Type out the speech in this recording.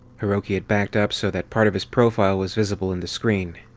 hiroki had backed up so that part of his profile was visible in the screen.